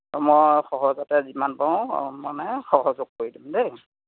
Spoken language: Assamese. অ' মই সহজতে যিমান পাৰো মই মানে সহযোগ কৰি দিম দেই